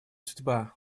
судьба